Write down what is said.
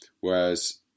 whereas